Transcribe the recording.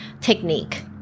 technique